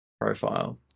profile